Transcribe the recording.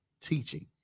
teaching